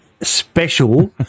special